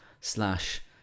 slash